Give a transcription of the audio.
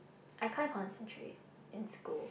I can't concentrate in school